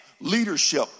Leadership